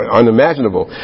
unimaginable